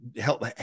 help